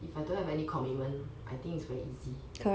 if I don't have any commitment I think it's very easy